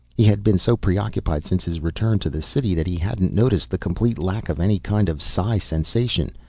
he had been so preoccupied since his return to the city that he hadn't noticed the complete lack of any kind of psi sensation.